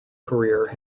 career